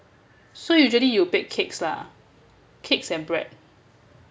so usually you bake cakes lah cakes and bread